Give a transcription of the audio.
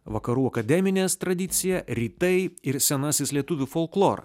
vakarų akademinės tradicija rytai ir senasis lietuvių folklorą